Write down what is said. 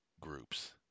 groups